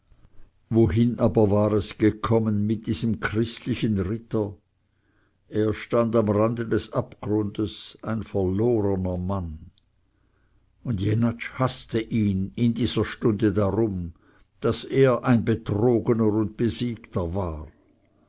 wohin aber war es gekommen mit diesem christlichen ritter er stand am rande des abgrundes ein verlorener mann und jenatsch hafte ihn zu dieser stunde darum daß er ein betrogener und besiegter war